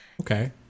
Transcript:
okay